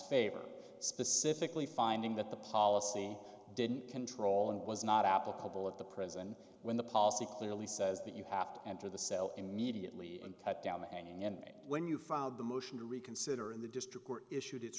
favor specifically finding that the policy didn't control and was not applicable at the prison when the policy clearly says that you have to enter the cell immediately and cut down and when you filed the motion to reconsider in the district court issued it